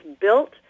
built